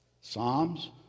Psalms